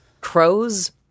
crows